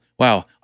wow